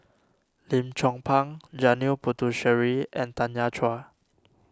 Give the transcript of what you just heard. Lim Chong Pang Janil Puthucheary and Tanya Chua